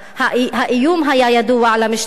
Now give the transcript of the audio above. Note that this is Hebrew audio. האיום היה ידוע למשטרה.